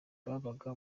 babaga